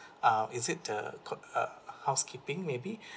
uh is it the cook err housekeeping maybe